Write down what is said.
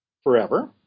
forever